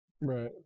Right